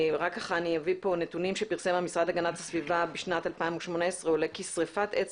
אני אביא נתונים שפרסם המשרד להגנת הסביבה: בשנת 2018 עולה כי שריפת עץ